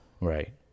Right